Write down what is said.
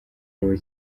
uruhu